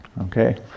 Okay